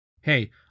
Hey